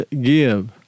give